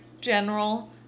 general